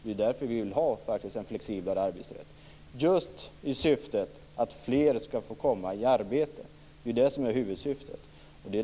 Det är därför som vi vill ha en flexiblare arbetsrätt i syfte att fler skall få komma i arbete. Det är det som är huvudsyftet.